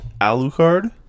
Alucard